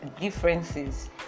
differences